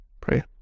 pray